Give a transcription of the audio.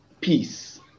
peace